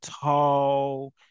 tall